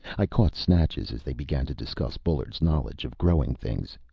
i caught snatches as they began to discuss bullard's knowledge of growing things.